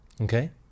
okay